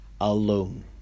alone